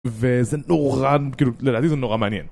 וזה נורא... לדעתי זה נורא מעניין